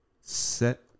set